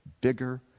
bigger